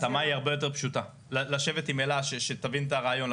ההתאמה היא הרבה יותר פשוטה לשבת עם אלה שתבין את הרעיון,